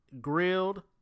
grilled